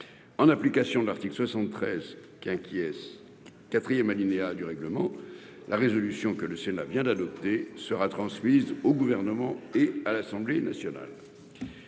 En application de l'article 73 qui acquiesce 4ème alinéa du règlement. La résolution que le Sénat vient d'adopter sera transmise au gouvernement et à l'Assemblée nationale.